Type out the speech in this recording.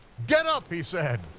get up, he said,